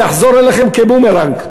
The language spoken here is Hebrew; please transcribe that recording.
זה יחזור אליכם כבומרנג.